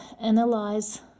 analyze